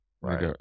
right